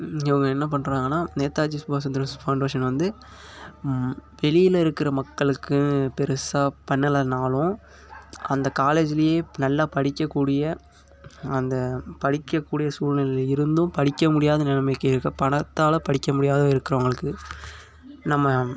இவங்க என்ன பண்றாங்கன்னால் நேதாஜி சுபாஷ் சந்திர போஸ் ஃபவுண்டேஷன் வந்து வெளியில் இருக்கிற மக்களுக்கு பெருசாக பண்ணலைனாலும் அந்த காலேஜுலேயே நல்லா படிக்க கூடிய அந்த படிக்கக்கூடிய சூழ்நிலையில் இருந்தும் படிக்க முடியாத நிலமைக்கி இருக்கற பணத்தால் படிக்க முடியாத இருக்கிறவங்களுக்கு நம்ம